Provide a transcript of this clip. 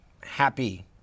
happy